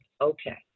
okay